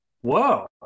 Whoa